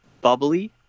bubbly